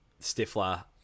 stifler